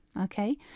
Okay